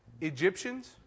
Egyptians